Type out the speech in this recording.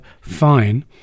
fine